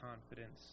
confidence